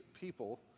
people